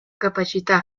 capacità